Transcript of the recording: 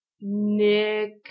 Nick